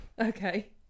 Okay